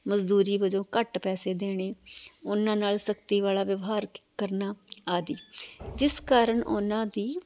ਮਜ਼ਦੂਰੀ ਵਜੋਂ ਘੱਟ ਪੈਸੇ ਦੇਣੇ ਉਹਨਾਂ ਨਾਲ ਸਖ਼ਤੀ ਵਾਲਾ ਵਿਵਹਾਰ ਕਰਨਾ ਆਦਿ ਜਿਸ ਕਾਰਨ ਉਹਨਾਂ ਦੀ